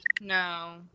No